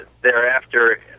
thereafter